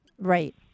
Right